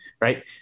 right